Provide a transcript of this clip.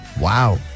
wow